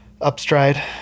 Upstride